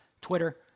Twitter